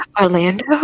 Orlando